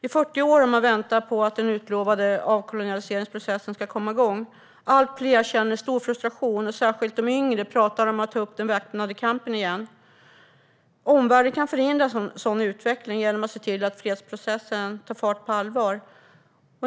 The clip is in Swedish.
I 40 år har man väntat på att den utlovade avkolonialiseringsprocessen ska komma igång. Allt fler känner en stor frustration, och särskilt de yngre pratar om att ta upp den väpnade kampen igen. Omvärlden kan förhindra en sådan utveckling genom att se till att fredsprocessen tar fart på allvar.